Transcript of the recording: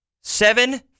Seven